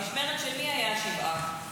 במשמרת של מי היה 7 באוקטובר?